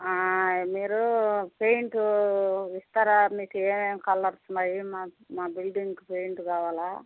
మీరు పెయింటు ఇస్తారా మీకు ఏమేమి కలర్స్ ఉన్నాయి మా మా బిల్డింగ్కు పెయింట్ కావాలి